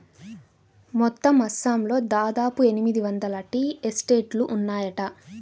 మొత్తం అస్సాంలో దాదాపు ఎనిమిది వందల టీ ఎస్టేట్లు ఉన్నాయట